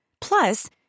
Plus